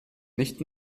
nicht